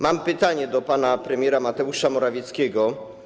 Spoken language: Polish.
Mam pytanie do premiera Mateusza Morawieckiego.